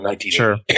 sure